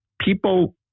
people